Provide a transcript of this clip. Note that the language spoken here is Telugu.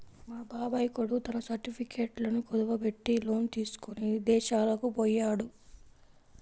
మా బాబాయ్ కొడుకు తన సర్టిఫికెట్లను కుదువబెట్టి లోను తీసుకొని ఇదేశాలకు పొయ్యాడు